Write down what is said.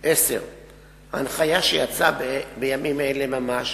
10. הנחיה שיצאה בימים אלה ממש